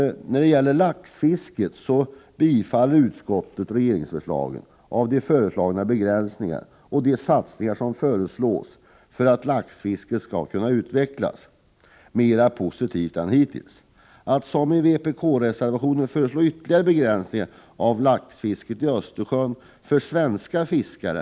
När det gäller laxfisket yrkar utskottet bifall till regeringens förslag om begränsningar resp. satsningar för att laxfisket skall kunna utvecklas mera positivt än som hittills varit fallet. I vpk-reservationen föreslås ytterligare begränsningar av laxfisket i Östersjön för svenska fiskare.